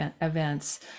events